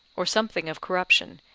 or something of corruption,